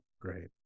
great